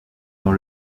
dans